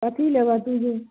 कथी लेबै तू हू